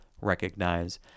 recognize